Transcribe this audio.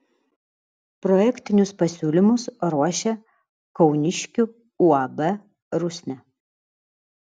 projektinius pasiūlymus ruošė kauniškių uab rusnė